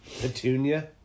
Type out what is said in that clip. Petunia